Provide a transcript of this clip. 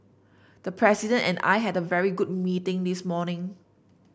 the President and I had a very good meeting this morning